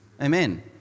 Amen